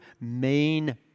main